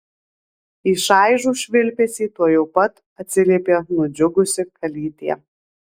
į šaižų švilpesį tuojau pat atsiliepė nudžiugusi kalytė